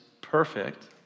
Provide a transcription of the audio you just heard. perfect